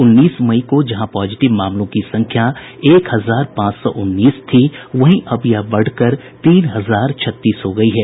उन्नीस मई को जहां पॉजिटिव मामलों की संख्या एक हजार पांच सौ उन्नीस थी वहीं अब यह बढ़कर तीन हजार छत्तीस हो गयी है